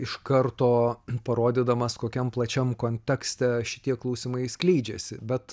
iš karto parodydamas kokiam plačiam kontekste šitie klausimai skleidžiasi bet